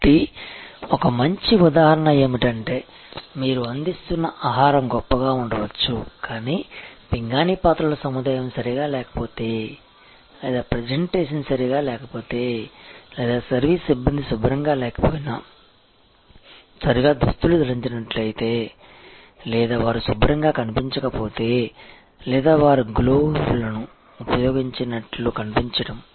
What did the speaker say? కాబట్టి ఒక మంచి ఉదాహరణ ఏమిటంటే మీరు అందిస్తున్న ఆహారం గొప్పగా ఉండవచ్చు కానీ పింగాణి పాత్రల సముదాయం సరిగా లేకపోతే లేదా ప్రజెంటేషన్ సరిగా లేకపోతే లేదా సర్వీస్ సిబ్బంది శుభ్రంగా లేకపోయినా సరిగా దుస్తులు ధరించినట్లయితే లేదా వారు శుభ్రంగా కనిపించకపోతే లేదా వారు గ్లోవ్ లను ఉపయోగించినట్లు కనిపించడం